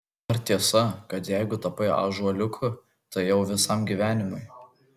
ar tiesa kad jeigu tapai ąžuoliuku tai jau visam gyvenimui